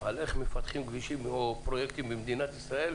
על איך מפתחים כבישים או פרויקטים במדינת ישראל,